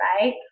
right